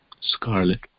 scarlet